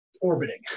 orbiting